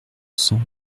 cent